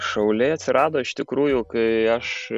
šauliai atsirado iš tikrųjų kai aš